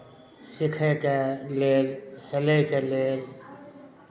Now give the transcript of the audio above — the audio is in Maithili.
सीखयके लेल हेलयके लेल